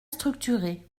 structuré